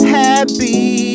happy